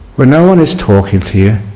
where no one is talking to you